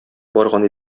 барган